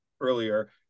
earlier